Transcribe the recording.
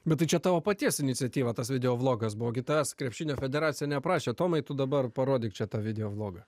bet čia tavo paties iniciatyva tas video vlogas buvo gi tavęs krepšinio federacija neprašė tomai tu dabar parodyk čia tą video blogą